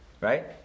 right